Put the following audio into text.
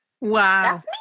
Wow